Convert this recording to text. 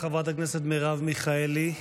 חברת הכנסת מרב מיכאלי,